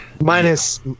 minus